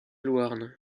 louarn